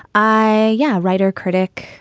i yeah. writer, critic,